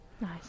Nice